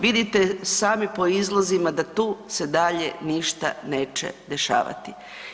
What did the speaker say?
Vidite sami po izlozima da tu se dalje ništa neće dešavati.